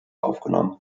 aufgenommen